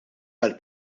għall